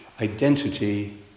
identity